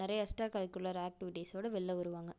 நிறையா எக்ஸ்ட்ராகரிகுலர் ஆக்ட்டிவிட்டிஸோட வெளியில வருவாங்கள்